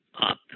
up